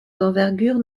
d’envergure